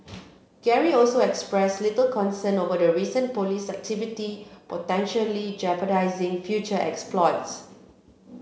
Gary also expressed little concern over the recent police activity potentially jeopardising future exploits